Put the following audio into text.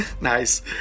Nice